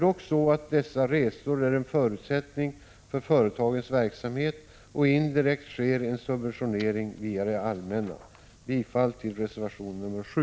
Dessa resor är trots allt en förutsättning för företagens verksamhet, och indirekt sker en subventionering via det allmänna. Jag yrkar bifall till reservation 7.